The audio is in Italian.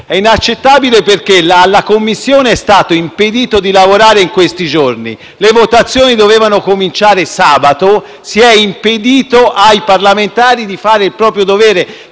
È inaccettabile perché alla Commissione è stato impedito di lavorare, in questi giorni: le votazioni dovevano cominciare sabato 15 dicembre e si è impedito ai parlamentari di svolgere il proprio dovere,